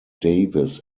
davies